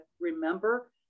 remember